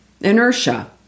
inertia